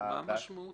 מה משמעותי כל כך?